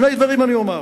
שני דברים אני אומר.